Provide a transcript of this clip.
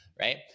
right